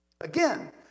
Again